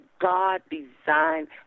God-designed